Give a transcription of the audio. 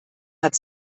hat